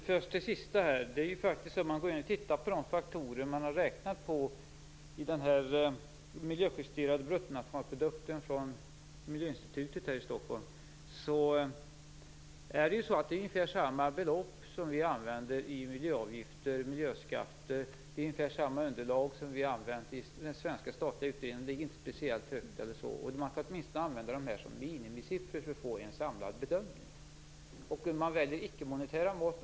Fru talman! Låt mig först ta upp det där sista. De faktorer man har räknat på i den miljöjusterade bruttonationalprodukten från Miljöinstitutet här i Stockholm, är ungefär samma belopp som vi använder i miljöavgifter och miljöskatter. Det är ungefär samma underlag som vi har använt i den svenska statliga utredningen. Det är inte speciellt högt eller så. Man kan åtminstone använda det här som minimisiffror för att få en samlad bedömning. Visst kan man välja ickemonetära mått.